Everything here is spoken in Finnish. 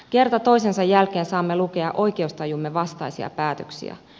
kerta toisensa jälkeen saamme lukea oikeustajumme vastaisia päätöksiä